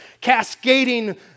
cascading